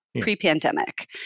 pre-pandemic